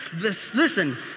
listen